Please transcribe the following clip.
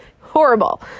horrible